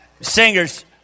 singers